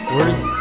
Words